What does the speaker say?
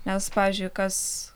nes pavyzdžiui kas